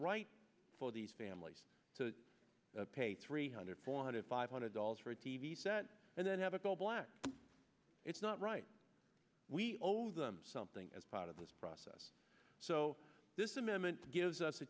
right for these families to pay three hundred forty five hundred dollars for a t v set and then have it all black it's not right we owe them something as part of this process so this amendment gives us a